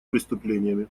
преступлениями